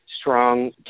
strong